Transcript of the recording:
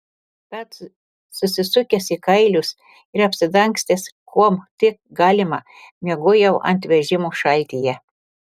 tad susisukęs į kailius ir apsidangstęs kuom tik galima miegojau ant vežimų šaltyje